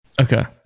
Okay